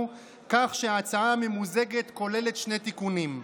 כך שההצעה הממוזגת כוללת שני תיקונים: